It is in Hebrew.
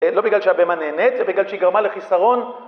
לא בגלל שהבהמה נהנית, זה בגלל שהיא גרמה לחיסרון